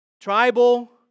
tribal